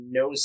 no